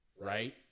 right